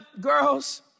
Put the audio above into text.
girls